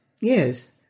Yes